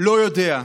לא יודע.